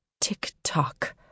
Tick-tock